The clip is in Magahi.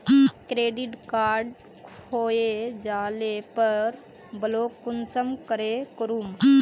क्रेडिट कार्ड खोये जाले पर ब्लॉक कुंसम करे करूम?